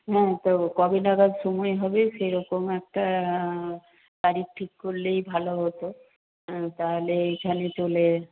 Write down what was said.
হ্যাঁ তো কবে নাগাদ সময় হবে সেরকম একটা তারিখ ঠিক করলেই ভালো হত তাহলে এইখানে চলে